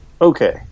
Okay